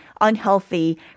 unhealthy